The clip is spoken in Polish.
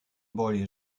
boli